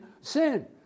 sin